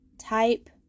type